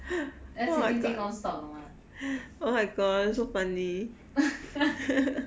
而且 jing jing non-stop 的吗